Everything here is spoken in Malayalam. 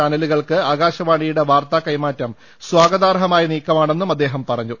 ചാനലുകൾക്ക് ആകാശവാണിയുടെ വാർത്താ കൈമാറ്റം സ്വാഗതാർഹമായ നീക്കമാണെന്നും അദ്ദേഹം പറഞ്ഞു